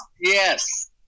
Yes